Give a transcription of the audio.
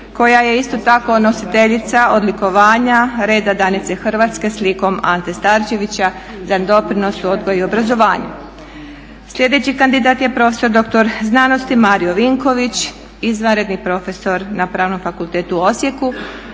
koja je isto tako nositeljica odlikovanja Reda Danice Hrvatske s likom Ante Starčevića za doprinos u odgoju i obrazovanju. Sljedeći kandidat je prof.dr.sc. Mario Vinković izvanredni profesor na Pravnom fakultetu u Osijeku,